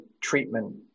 treatment